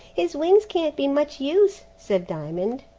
his wings can't be much use, said diamond,